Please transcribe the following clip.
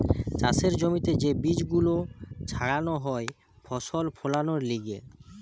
চাষের জমিতে যে বীজ গুলো ছাড়ানো হয় ফসল ফোলানোর লিগে